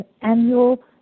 annual